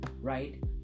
right